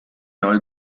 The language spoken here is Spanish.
hoy